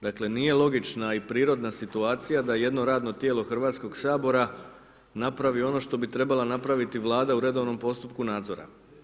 Dakle, nije logična i prirodna situacija, da jedno radno tijelo Hrvatskog sabora napravi ono što bi trebala napraviti Vlada u redovnom postupku nadzora.